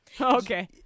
Okay